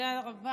תודה רבה.